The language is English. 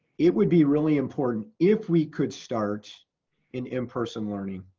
it would be really important if we could start in in-person learning,